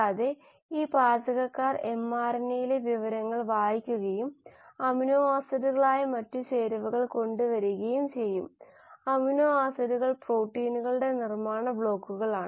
ഇതെല്ലാം നമ്മൾ കണ്ടു മറ്റ് പലതരം ബയോറിയാക്ടറുകളും ഉണ്ടെന്ന് നമ്മൾ പറഞ്ഞുപക്ഷേ ഇവയാണ് സാധാരണ ഉപയോഗികുന്നത്